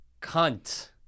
Cunt